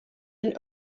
and